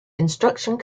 instruction